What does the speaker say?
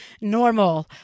normal